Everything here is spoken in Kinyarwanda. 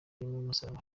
umusaraba